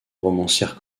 romancière